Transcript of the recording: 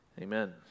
Amen